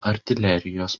artilerijos